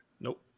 Nope